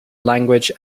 language